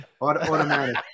Automatic